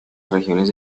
regiones